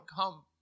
come